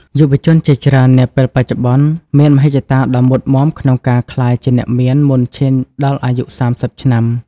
យុវជនជាច្រើននាពេលបច្ចុប្បន្ន មានមហិច្ឆតាដ៏មុតមាំក្នុងការក្លាយជាអ្នកមានមុនឈានដល់អាយុ ៣០ ឆ្នាំ។